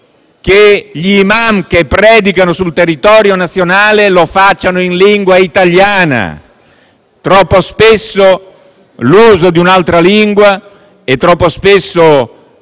agli imam che predicano sul territorio nazionale di farlo in lingua italiana: troppo spesso l'uso di un'altra lingua e